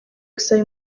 gusaba